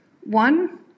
one